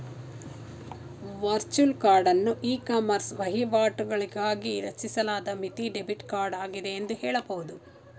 virtual ಕಾರ್ಡನ್ನು ecommerce ವಹಿವಾಟುಗಳಿಗಾಗಿ ರಚಿಸಲಾದ ಮಿತಿ ಡೆಬಿಟ್ ಕಾರ್ಡ್ ಆಗಿದೆ ಎಂದು ಹೇಳಬಹುದು